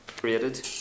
created